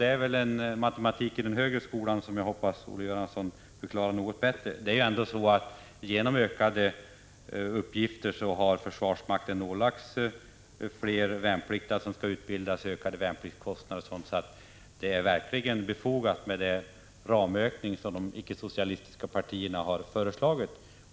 Det är matematik i den högre skolan, som jag hoppas att Olle Göransson vill förklara något bättre. Genom ökade uppgifter har försvarsmakten ålagts fler värnpliktiga som skall utbildas och därigenom större värnpliktskostnader. Det är verkligen befogat med den ramökning som de icke-socialistiska partierna har föreslagit.